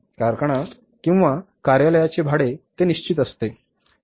कारखाना किंवा कार्यालयाचे भाडे ते निश्चित आहे